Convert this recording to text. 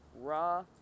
raw